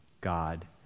God